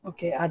Okay